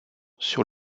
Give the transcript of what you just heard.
sur